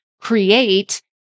create